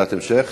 שאלת המשך?